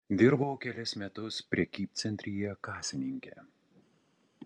dirbau kelis metus prekybcentryje kasininke